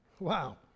Wow